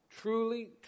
Truly